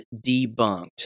debunked